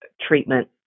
treatment